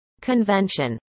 Convention